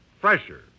fresher